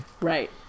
Right